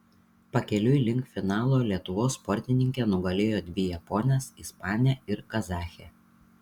pakeliui link finalo lietuvos sportininkė nugalėjo dvi japones ispanę ir kazachę